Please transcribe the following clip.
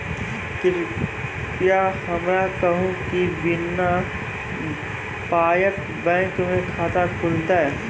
कृपया हमरा कहू कि बिना पायक बैंक मे खाता खुलतै?